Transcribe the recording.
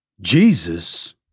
Jesus